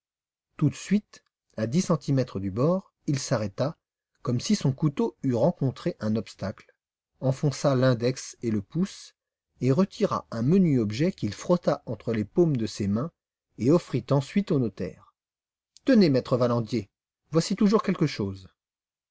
tout de suite à dix centimètres du bord il s'arrêta comme si son couteau eût rencontré un obstacle enfonça l'index et le pouce et retira un menu objet qu'il frotta entre les paumes de ses mains et offrit ensuite au notaire tenez maître valandier voici toujours quelque chose